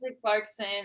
clarkson